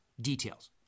details